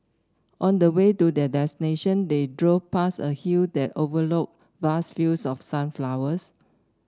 on the way to their destination they drove past a hill that overlooked vast fields of sunflowers